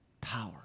power